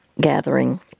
gathering